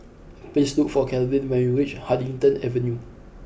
please look for Calvin when you reach Huddington Avenue